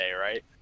right